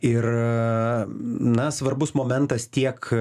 ir na svarbus momentas tiek